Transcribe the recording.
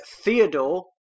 Theodore